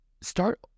start